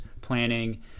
planning